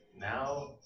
Now